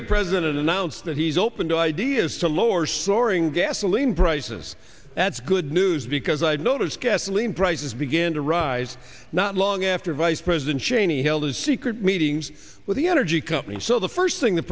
the president announce that he's open to ideas to lower soaring gasoline prices that's good news because i notice gasoline prices begin to rise not long after vice president cheney held a secret meetings with the energy company so the first thing th